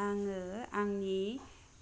आङो आंनि